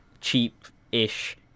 cheap-ish